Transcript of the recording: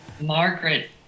Margaret